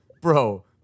bro